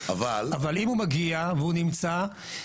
אבל אם הוא מגיע והוא נמצא,